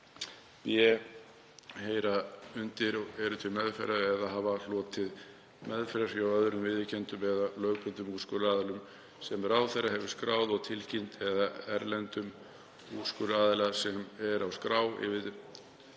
b. heyra undir, eru til meðferðar eða hafa hlotið meðferð hjá öðrum viðurkenndum eða lögbundnum úrskurðaraðila sem ráðherra hefur skráð og tilkynnt eða erlendum úrskurðaraðila sem er á skrá yfir